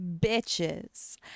bitches